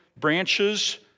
Branches